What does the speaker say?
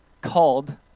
called